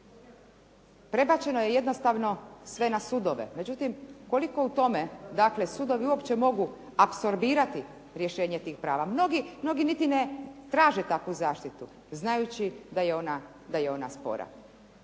prebačeno je jednostavno sve na sudove. Međutim koliko u tome sudovi mogu uopće apsorbirati rješenja tih prava. Mnogi niti ne traže takvu zaštitu znajući da je ona spora.